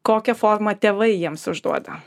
kokią formą tėvai jiems užduoda